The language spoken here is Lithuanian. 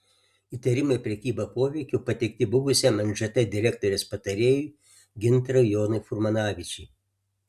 įtarimai prekyba poveikiu pateikti buvusiam nžt direktorės patarėjui gintarui jonui furmanavičiui